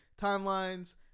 timelines